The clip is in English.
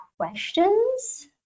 Questions